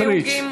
סמוטריץ,